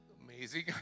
amazing